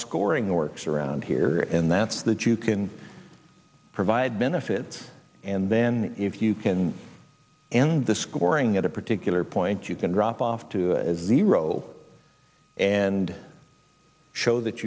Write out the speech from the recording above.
scoring works around here and that's that you can provide benefits and then if you can and the scoring at a particular point you can drop off to zero and show that